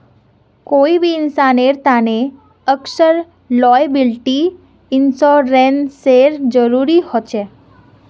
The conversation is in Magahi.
कोई भी इंसानेर तने अक्सर लॉयबिलटी इंश्योरेंसेर जरूरी ह छेक